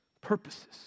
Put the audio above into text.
purposes